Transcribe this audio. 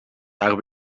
haar